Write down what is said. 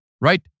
right